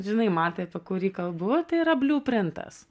žinai matai apie kurį kalbu tai yra bliuprintas